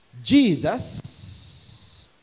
Jesus